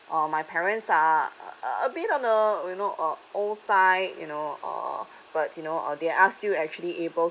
uh my parents are a a bit on the you know err old side you know uh but you know uh they are still actually able